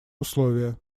условия